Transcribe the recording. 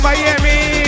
Miami